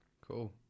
Cool